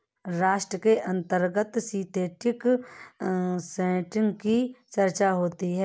short के अंतर्गत synthetic setting की चर्चा होती है